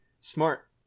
Smart